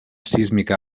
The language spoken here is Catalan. sísmica